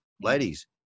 ladies